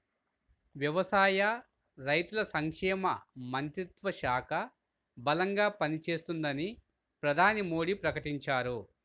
వ్యవసాయ, రైతుల సంక్షేమ మంత్రిత్వ శాఖ బలంగా పనిచేస్తుందని ప్రధాని మోడీ ప్రకటించారు